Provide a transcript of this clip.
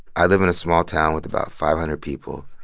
i live in a small town with about five hundred people.